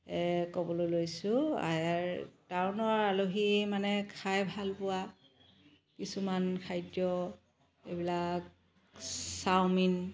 ক'বলৈ লৈছো আয়াৰ টাউনৰ আলহী মানে খাই ভাল পোৱা কিছুমান খাদ্য এইবিলাক চাওমিন